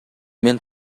мен